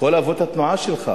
כל אבות התנועה שלך,